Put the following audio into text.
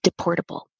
deportable